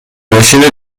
ماشینت